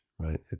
right